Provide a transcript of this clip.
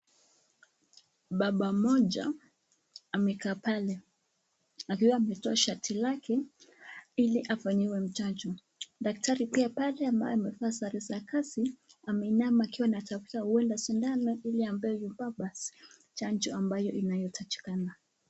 Baba mmoja amekaa pale akiwa ametoa shati lake ili afanyiwe chanjo, daktari pia pale ambaye amevaa sare za kazi ameinama ikiwa anatafuta huenda sindano ili ampee huyu mbaba chanjo ambayo inatakikana.